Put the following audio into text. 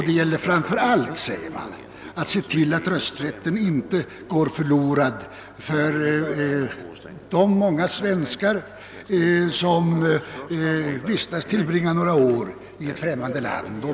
Det gäller framför allt, säger man att se till att rösträtten inte går förlorad för de många svenskar, vilka tillbringar en kortare tid i ett främmande land.